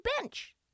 bench